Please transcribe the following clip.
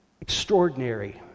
extraordinary